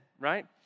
right